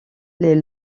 les